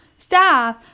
staff